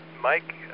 Mike